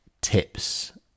tips